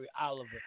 Oliver